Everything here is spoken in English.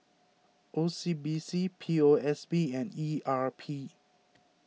O C B C P O S B and E R P